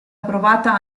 approvata